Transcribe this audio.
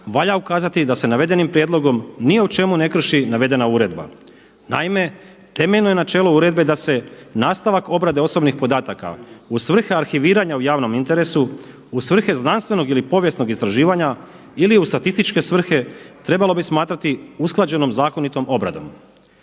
valja ukazati da se navedenim prijedlogom ni u čemu ne krši navedena uredba. Naime, temeljno je načelo uredbe da se nastavak obrade osobnih podataka u svrhe arhiviranja u javnom interesu, u svrhe znanstvenog ili povijesnog istraživanja ili u statističke svrhe trebalo bi smatrati usklađenom zakonitom obradom.